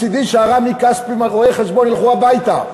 מצדי, שה"רמים כספים", הרואי-החשבון, ילכו הביתה.